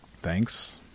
thanks